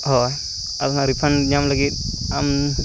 ᱦᱳᱭ ᱟᱫᱚ ᱱᱟᱜ ᱨᱤᱯᱷᱟᱱᱰ ᱧᱟᱢ ᱞᱟᱹᱜᱤᱫ ᱟᱢ